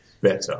better